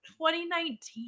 2019